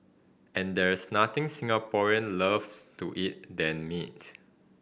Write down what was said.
and there's nothing Singaporean loves to eat than meat